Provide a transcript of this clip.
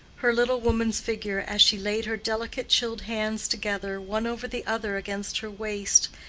her little woman's figure as she laid her delicate chilled hands together one over the other against her waist,